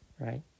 Right